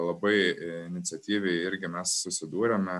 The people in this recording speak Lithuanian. labai iniciatyviai irgi mes susidūrėme